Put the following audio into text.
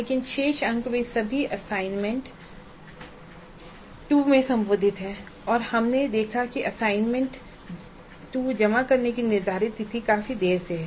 लेकिन शेष अंक वे सभी असाइनमेंट 2 में संबोधित हैं और हमने देखा है कि असाइनमेंट 2 जमा करने की निर्धारित तिथि काफी देर से है